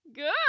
Good